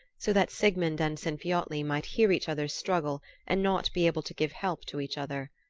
so that sigmund and sinfiotli might hear each other's struggle and not be able to give help to each other.